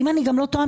ואם אני לא טועה,